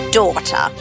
daughter